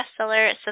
bestseller